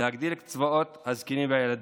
להגדיל את קצבאות הזקנים והילדים.